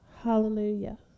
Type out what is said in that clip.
Hallelujah